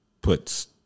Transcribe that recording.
puts